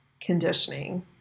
conditioning